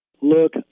Look